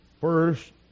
First